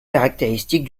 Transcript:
caractéristiques